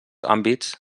àmbits